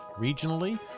regionally